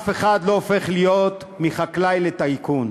אף אחד לא הופך מחקלאי לטייקון.